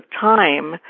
time